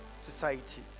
Society